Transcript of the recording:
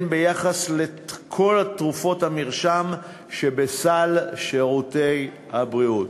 ביחס לכל תרופות המרשם שבסל שירותי הבריאות.